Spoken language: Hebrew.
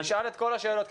נשאל את כל השאלות,